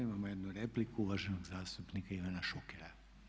Imamo jednu repliku, uvaženog zastupnika Ivana Šukera.